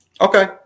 Okay